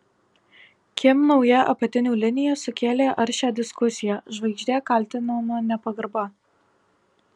kim nauja apatinių linija sukėlė aršią diskusiją žvaigždė kaltinama nepagarba